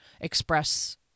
express